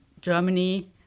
Germany